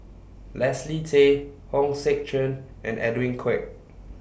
Leslie Tay Hong Sek Chern and Edwin Koek